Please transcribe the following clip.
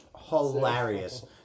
hilarious